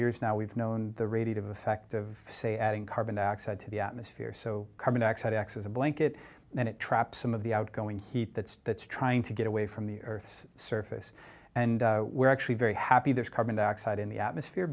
years now we've known the radiative effect of say adding carbon dioxide to the atmosphere so carbon dioxide acts as a blanket and it traps some of the outgoing heat that's that's trying to get away from the earth's surface and we're actually very happy there's carbon dioxide in the atmosphere